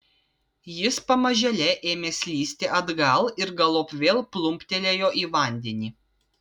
jis pamažėle ėmė slysti atgal ir galop vėl plumptelėjo į vandenį